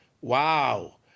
Wow